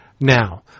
Now